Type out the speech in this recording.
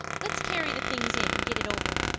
let's carry the things in and get it over.